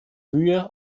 mühe